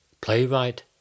playwright